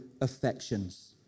affections